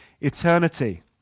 eternity